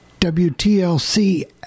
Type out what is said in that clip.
WTLC